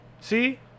See